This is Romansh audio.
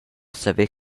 saver